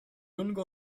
único